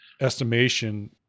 estimation